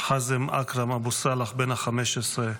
חאזם אכרם אבו סאלח, בן 15,